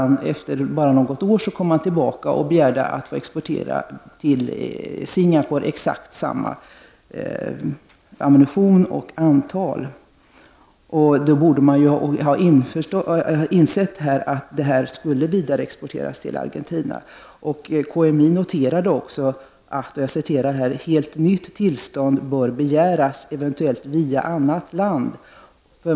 Något år senare kom man tillbaka och begärde att få exportera exakt samma ammunition och samma antal robotar till Singapore. Regeringen borde ha insett att det skulle exporteras vidare till Argentina. KMI noterade att ”helt nytt tillstånd bör begäras ev. via annat land”.